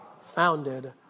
Founded